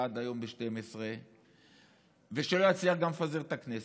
עד היום ב-24:00 ושלא יצליח גם לפזר את הכנסת,